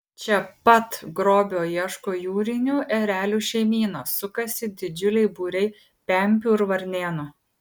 čia pat grobio ieško jūrinių erelių šeimyna sukasi didžiuliai būriai pempių ir varnėnų